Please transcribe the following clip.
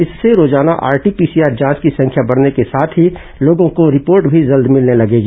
इससे रोजाना RT PCR जांच की संख्या बढ़ने के साथ ही लोगों को रिपोर्ट भी जल्द मिलने लगेगी